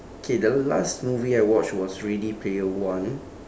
okay the last movie I watched was ready player one